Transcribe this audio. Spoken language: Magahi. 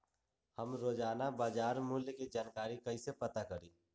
हम रोजाना बाजार मूल्य के जानकारी कईसे पता करी?